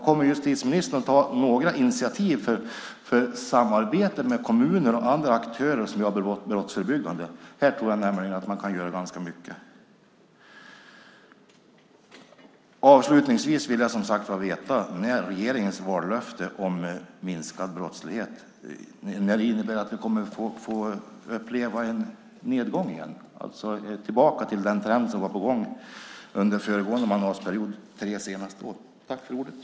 Kommer justitieministern att ta några initiativ för samarbete med kommuner och andra aktörer i brottsförebyggande syfte? Där tror jag nämligen att man kan göra ganska mycket. Avslutningsvis vill jag, som sagt var, när det gäller regeringens vallöfte om minskad brottslighet veta när vi kommer att få uppleva en nedgång igen och komma tillbaka till den trend som var på gång under den föregående mandatperioden, de tre senaste åren.